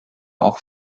auch